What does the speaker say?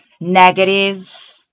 negative